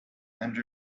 and